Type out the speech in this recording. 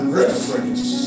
reference